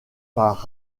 par